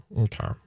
okay